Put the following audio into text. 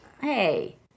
Hey